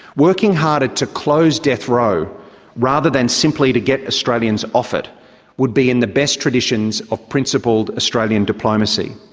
working harder to close death row rather than simply to get australians off it would be in the best traditions of principled australian diplomacy.